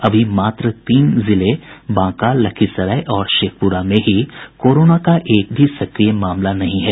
अभी मात्र तीन जिले बांका लखीसराय और शेखपुरा में ही कोरोना का एक भी सक्रिय मामला नहीं है